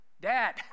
Dad